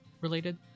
related